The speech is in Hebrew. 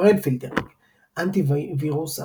URL filtering Anti Virus,